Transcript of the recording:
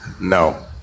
No